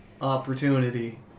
opportunity